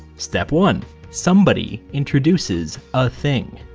step one somebody introduces a thing.